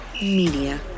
Media